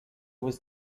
was